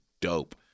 dope